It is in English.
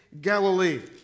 Galilee